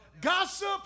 Gossip